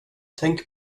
tänk